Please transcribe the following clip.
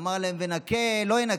אמר להם: "ונקה לא ינקה",